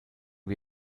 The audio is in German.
wir